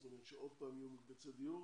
זאת אומרת ששוב יהיו מקבצי דיור.